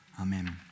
Amen